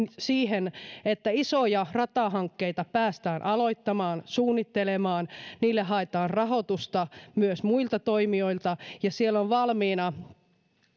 siihen että isoja ratahankkeita päästään aloittamaan suunnittelemaan niille haetaan rahoitusta myös muilta toimijoilta ja siellä on valmiina